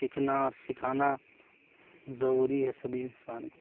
سیکھنا اور سکھانا ضروری ہے سبھی انسان کو